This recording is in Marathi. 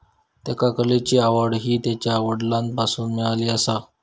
त्येका कलेची आवड हि त्यांच्या वडलांकडसून मिळाली आसा